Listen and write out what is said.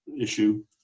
issue